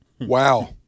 Wow